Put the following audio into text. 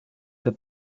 that